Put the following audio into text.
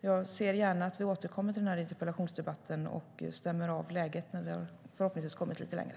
Jag ser gärna att vi återkommer till det här debattämnet och stämmer av läget. Förhoppningsvis har vi då kommit lite längre.